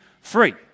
free